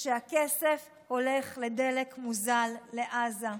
הכסף הולך לדלק מוזל לעזה.